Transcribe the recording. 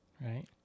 right